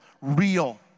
real